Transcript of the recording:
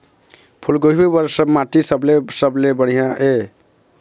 फूलगोभी बर का माटी सबले सबले बढ़िया ये?